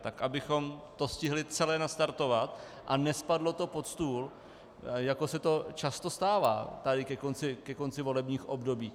Tak abychom to stihli celé nastartovat a nespadlo to pod stůl, jako se to často stává tady ke konci volebních období.